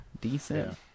decent